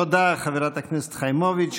תודה, חברת הכנסת חיימוביץ'.